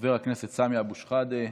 חבר הכנסת סמי אבו שחאדה,